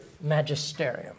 magisterium